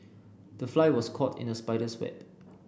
the fly was caught in the spider's web